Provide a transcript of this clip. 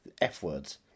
F-words